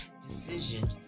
decision